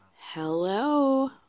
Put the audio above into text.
Hello